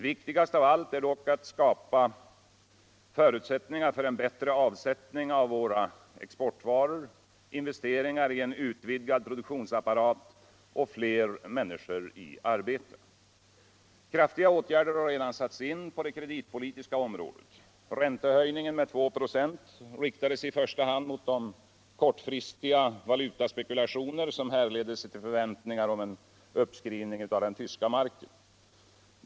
Viktigast av allt är dock att skapa förutsättningar för en biättre avsältning av våra exportvaror, investeringar i en utvidgad produktionsapparat och fler minniskor i arbete. Kraftiga åtgärder har redan satts in på det krcdilpn"tisku området. Räntehöjningen med 25 riktade sig i första hand mot de kortfristiga valutaspekulationer som härrörde från förväntningar om en uppskrivning av den ivyska marken.